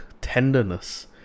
tenderness